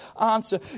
answer